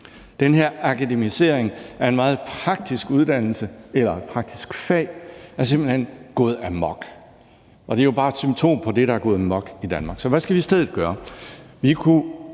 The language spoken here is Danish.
Den her akademisering af et meget praktisk fag er simpelt hen gået amok, og det er jo bare et symptom på det, der er gået amok i Danmark. Så hvad skal vi i stedet gøre?